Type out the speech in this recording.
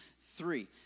three